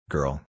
Girl